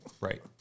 Right